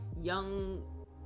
young